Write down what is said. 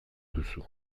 duzu